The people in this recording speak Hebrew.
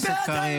אני לא נגד עסקה.